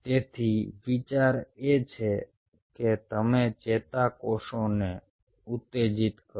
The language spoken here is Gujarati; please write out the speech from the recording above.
તેથી વિચાર એ છે કે તમે ચેતાકોષોને ઉત્તેજિત કરો